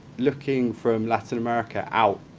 looking from latin america out,